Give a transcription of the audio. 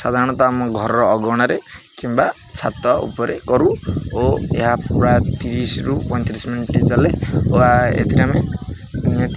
ସାଧାରଣତଃ ଆମ ଘରର ଅଗଣାରେ କିମ୍ବା ଛାତ ଉପରେ କରୁ ଓ ଏହା ପୁରା ତିରିଶିରୁ ପଇଁତିରିଶି ମିନିଟ ଚାଲେ ଓ ଏଥିରେ ଆମେ ନିହାତି